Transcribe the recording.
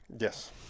Yes